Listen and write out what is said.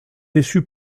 déçu